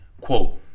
quote